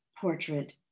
portrait